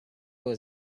was